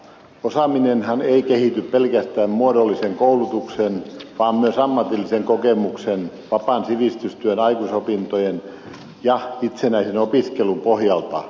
osaaminenhan ei kehity pelkästään muodollisen koulutuksen vaan myös ammatillisen kokemuksen vapaan sivistystyön aikuisopintojen ja itsenäisen opiskelun pohjalta